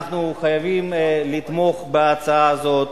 אנחנו חייבים לתמוך בהצעה הזאת